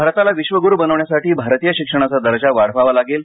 भारताला विधगुरु बनवण्यासाठी भारतीय शिक्षणाचा दर्जा वाढवावा लागेल